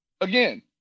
Again